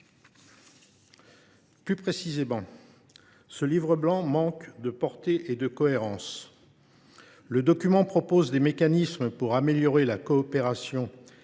Plus précisément, ce livre blanc manque de portée et de cohérence. Le document propose des mécanismes pour améliorer la coopération